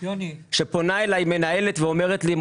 שפונה אליי מנהלת ואומרת לי,